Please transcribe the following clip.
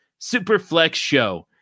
SUPERFLEXSHOW